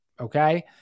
Okay